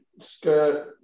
skirt